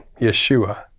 Yeshua